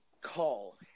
call